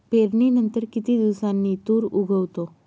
पेरणीनंतर किती दिवसांनी तूर उगवतो?